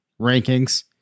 rankings